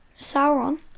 Sauron